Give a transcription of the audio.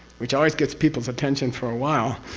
which always gets people's attention for a while,